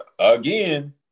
again